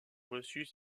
reçut